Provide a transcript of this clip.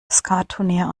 skattunier